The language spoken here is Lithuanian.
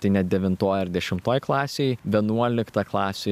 tai net devintoj ar dešimtoj klasėj vienuolikta klasė